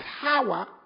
power